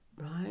Right